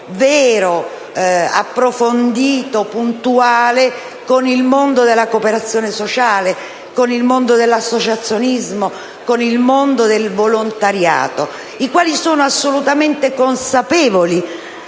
vero, approfondito, puntuale con il mondo della cooperazione sociale, dell'associazionismo, del volontariato, i quali sono assolutamente consapevoli